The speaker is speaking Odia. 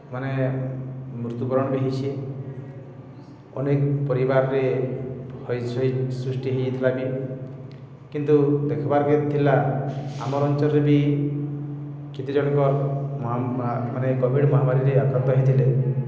ମାନେ ମୃତ୍ୟୁବରଣ୍ ବି ହେଇଛେ ଅନେକ୍ ପରିବାର୍ରେ ହଇଚଇ ସୃଷ୍ଟି ହେଇଯାଇଥିଲା ବି କିନ୍ତୁ ଦେଖ୍ବାର୍କେ ଥିଲା ଆମର୍ ଅଞ୍ଚଳ୍ରେ ବି କେତେ ଜଣଙ୍କର୍ ମହା ମାନେ କୋଭିଡ଼୍ ମହାମାରୀରେ ଆକ୍ରାନ୍ତ ହେଇଥିଲେ